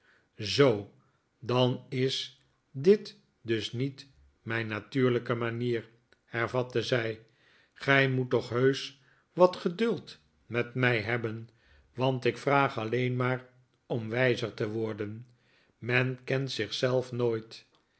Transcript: zoo dan is dit dus niet mijn natuurlijke manier hervatte zij gij moet toch heusch wat geduld met mij hebben want ik vraag alleen maar om wijzer te worden men kent zich zelf nooit